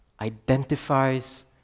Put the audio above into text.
identifies